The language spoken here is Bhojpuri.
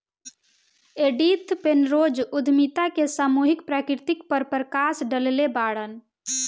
एडिथ पेनरोज उद्यमिता के सामूहिक प्रकृति पर प्रकश डलले बाड़न